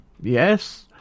yes